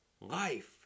life